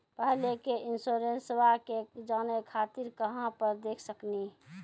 पहले के इंश्योरेंसबा के जाने खातिर कहां पर देख सकनी?